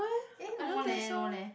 eh no leh no leh